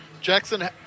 jackson